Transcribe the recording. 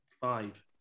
five